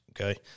okay